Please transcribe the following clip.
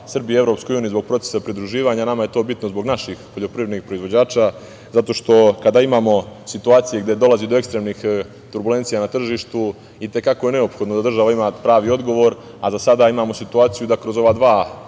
Srbije Evropskoj uniji, zbog procesa pridruživanje, nama je to bitno zbog naših poljoprivrednih proizvođača, zato što kada imamo situacije gde dolazi do ekstremnih turbulencija na tržištu i te kako je neophodno da država ima pravi odgovor, a za sada imamo situaciju da kroz ova dva